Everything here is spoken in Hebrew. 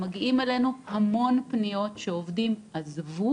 מגיעים אלינו המון פניות שעובדים עזבו